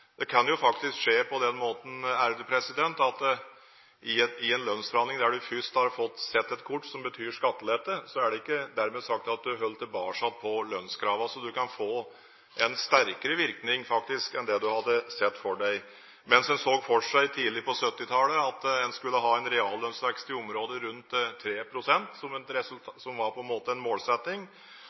Det kan faktisk skje på den måten at i en lønnsforhandling der en først har fått se et kort som betyr skattelette, er det ikke dermed sagt at en holder tilbake på lønnskravene. Så en kan faktisk få en sterkere virkning enn den en har sett for seg. Mens en tidlig på 1970-tallet så for seg at en skulle ha en reallønnsvekst i området rundt 3 pst., som på en måte var en målsetting,